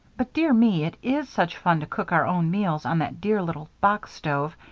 but dear me, it is such fun to cook our own meals on that dear little box-stove,